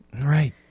Right